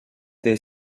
the